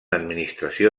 administració